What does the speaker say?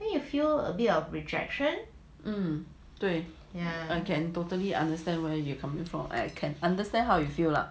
对 yeah I can totally understand where you're coming from I can understand how you feel lah